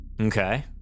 okay